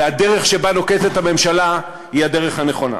האם הדרך שנוקטת הממשלה היא הדרך הנכונה.